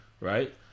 right